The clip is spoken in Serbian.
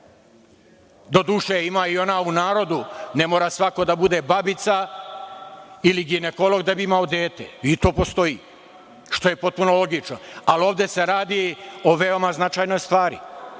ima i ona u narodu – ne mora svako da bude babica ili ginekolog da bi imao dete. I to postoji, što je potpuno logično. Ali, ovde se radi o veoma značajnoj stvari.